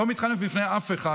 לא מתחנף בפני אף אחד.